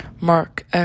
Mark